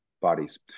bodies